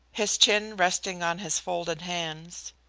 his chin resting on his folded hands.